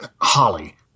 Holly